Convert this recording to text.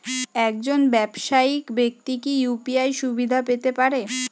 একজন ব্যাবসায়িক ব্যাক্তি কি ইউ.পি.আই সুবিধা পেতে পারে?